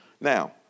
Now